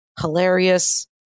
hilarious